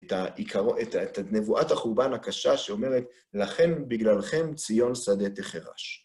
את הנבואת החורבן הקשה שאומרת לכן בגללכם ציון שדה תחרש.